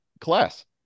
Class